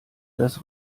das